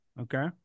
Okay